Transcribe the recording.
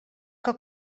que